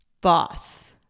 boss